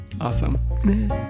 Awesome